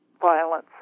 violence